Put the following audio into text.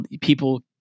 people